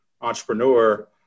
entrepreneur